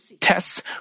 tests